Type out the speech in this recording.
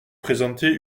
présentait